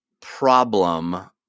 problem